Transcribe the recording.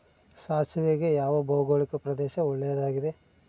ಸಾಸಿವೆಗೆ ಯಾವ ಭೌಗೋಳಿಕ ಪ್ರದೇಶ ಒಳ್ಳೆಯದಾಗಿದೆ?